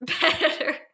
Better